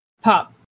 pop